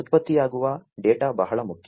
ಉತ್ಪತ್ತಿಯಾಗುವ ಡೇಟಾ ಬಹಳ ಮುಖ್ಯ